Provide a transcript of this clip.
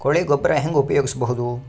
ಕೊಳಿ ಗೊಬ್ಬರ ಹೆಂಗ್ ಉಪಯೋಗಸಬಹುದು?